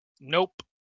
Nope